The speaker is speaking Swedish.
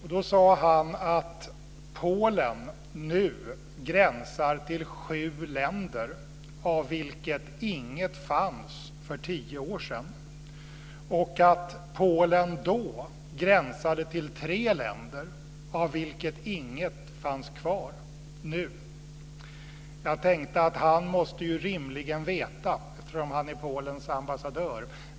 Han sade då att Polen nu gränsar till sju länder av vilka inget fanns för tio år sedan, och att Polen då gränsade till tre länder av vilka inget fanns kvar nu. Jag tänkte: Han måste ju rimligen veta, eftersom han är Polens ambassadör.